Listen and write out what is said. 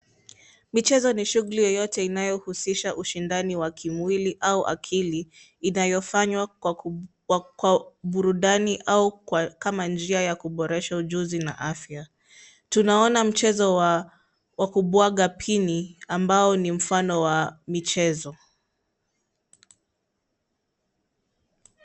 Michezo ni shughuli yoyote inayo husisha ushindani wa kimwili au akili, inayo fanywa kwa burudani au kama njia ya kuboresha ujuzi na afya. Tunaona mchezo wa kubwaga Pini ambao ni mfano wa michezo.